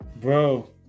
Bro